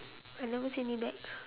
I never see any bag